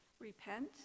Repent